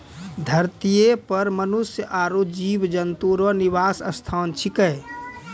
धरतीये पर मनुष्य आरु जीव जन्तु रो निवास स्थान छिकै